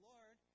Lord